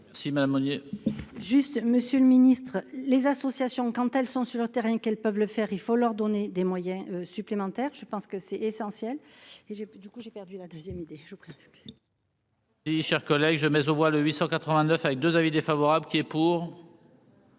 Si Madame Monier. Juste, Monsieur le Ministre, les associations quand elles sont sur le terrain qu'elles peuvent le faire, il faut leur donner des moyens supplémentaires, je pense que c'est essentiel et j'ai du coup j'ai perdu la 2ème idée je prie parce que. Y'chers collègues je mais on voit le 800 89 avec 2 avis défavorable qui est pour.